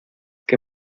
que